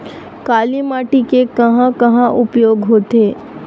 काली माटी के कहां कहा उपयोग होथे?